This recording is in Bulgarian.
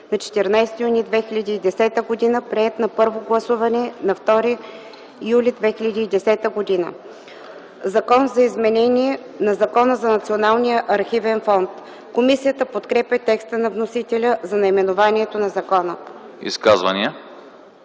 на 14 юни 2010 г., приет на първо гласуване на 2 юли 2010 г. „Закон за изменение на Закона за Националния архивен фонд.” Комисията подкрепя текста на вносителя за наименованието на закона. ПРЕДСЕДАТЕЛ